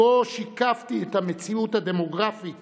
שבו שיקפתי את המציאות הדמוגרפית